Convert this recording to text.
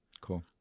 cool